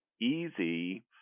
easy